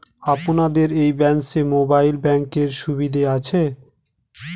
আপনাদের এই ব্রাঞ্চে মোবাইল ব্যাংকের সুবিধে আছে?